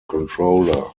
controller